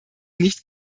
nicht